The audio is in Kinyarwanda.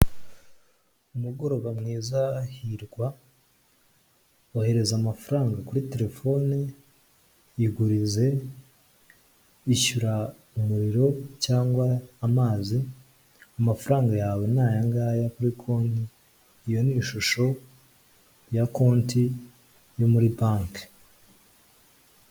Umugoroba mwiza Hirwa, ohereza amafaranga kuri terefone, igurize, ishyura umuriro cyangwa amazi, amafaranga yawe ni aya ngaya kuri konti iyo ni ishusho ya konti yo muri banki.